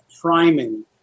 priming